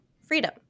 freedom